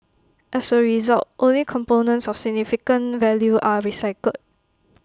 as A result only components of significant value are recycled